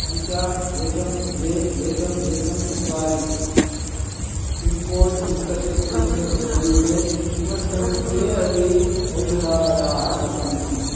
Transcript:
पञ्च एकं द्वे एकम् एकं चत्वारि पिन्कोड्युक्तस्य क्षेत्रस्य समीपे किमर्थं के अपि औषधालयाः न सन्ति